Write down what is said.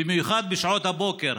בייחוד בשעות הבוקר,